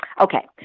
Okay